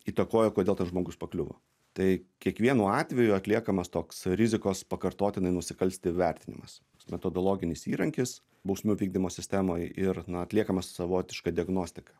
įtakoja kodėl tas žmogus pakliuvo tai kiekvienu atveju atliekamas toks rizikos pakartotinai nusikalsti vertinimas metodologinis įrankis bausmių vykdymo sistemoj ir na atliekama savotiška diagnostika